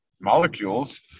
molecules